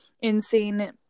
insane